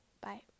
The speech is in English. Bye